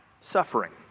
suffering